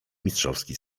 mistrzowski